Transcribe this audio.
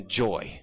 joy